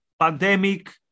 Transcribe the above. pandemic